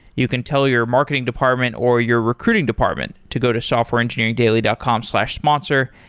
you can tell your marketing department or your recruiting department to go to softwareengineeringdaily dot com slash sponsor.